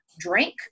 drink